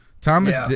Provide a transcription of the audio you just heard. Thomas